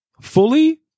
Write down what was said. Fully